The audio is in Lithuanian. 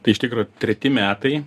tai iš tikro treti metai